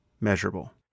measurable